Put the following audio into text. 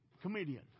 comedian